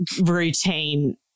routine